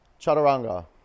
Chaturanga